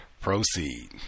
proceed